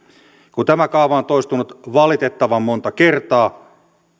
kun tämä kaava on toistunut valitettavan monta kertaa